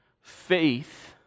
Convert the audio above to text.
faith